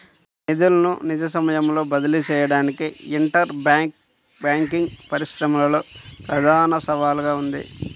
నిధులను నిజ సమయంలో బదిలీ చేయడానికి ఇంటర్ బ్యాంక్ బ్యాంకింగ్ పరిశ్రమలో ప్రధాన సవాలుగా ఉంది